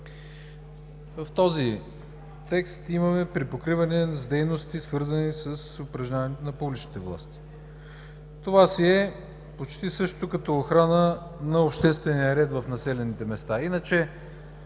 В този текст имаме припокриване с дейности, свързани с упражняването на публичните власти. Това си е почти същото като охрана на обществения ред в населените места,